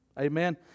amen